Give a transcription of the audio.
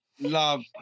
love